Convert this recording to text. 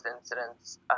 incidents